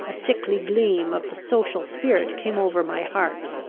a sickly gleam, of the social spirit came over my heart.